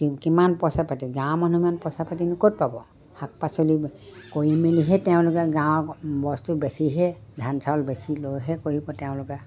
কিমান পইচা পাতি গাঁৱৰ মানুহে ইমান পইচা পাতিনো ক'ত পাব শাক পাচলি কৰি মেলিহে তেওঁলোকে গাঁৱৰ বস্তু বেছিহে ধান চাউল বেছি লৈহে কৰিব তেওঁলোকে